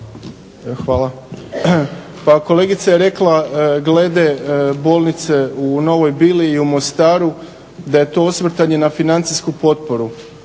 Hvala. Pa kolegica je rekla glede bolnice u Novoj Bili i u Mostaru da je to osvrtanje na financijsku potporu.